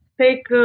Take